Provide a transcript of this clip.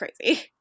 crazy